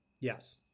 yes